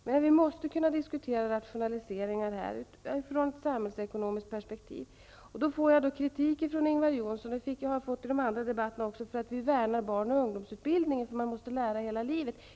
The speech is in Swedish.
Vi måste kunna diskutera rationaliseringar här, från ett samhällsekonomiskt perspektiv. Jag fick kritik av Ingvar Johnsson -- det har jag också fått i övriga debatter -- för att vi värnar om barn och ungdomsutbildningen, på grund av att man måste lära sig i hela livet.